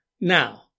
Now